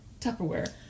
Tupperware